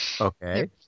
Okay